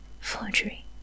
Forgery